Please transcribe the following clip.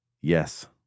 Yes